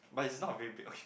but it's not very big okay